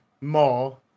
more